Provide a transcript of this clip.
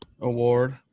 award